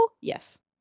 Yes